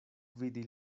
vidi